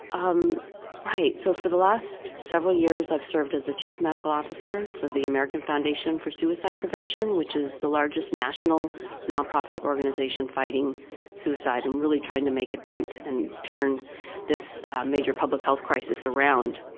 um so for the last several years, i've served as the chief medical officer for the american foundation for suicide prevention, which is the largest national non-profit organization fighting suicide and really trying to make a dent and turn this major public health crisis around.